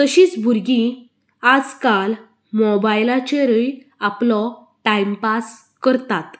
तशींच भुरगीं आयज काल मोबालाचेरूय आपलो टायम पास करतात